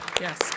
yes